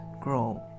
grow